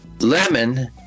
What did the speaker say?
lemon